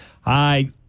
Hi